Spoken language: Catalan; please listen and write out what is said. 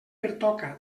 pertoca